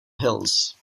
hills